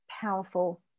powerful